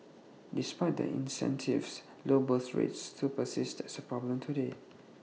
despite the incentives low birth rates still persist as A problem today